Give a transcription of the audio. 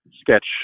sketch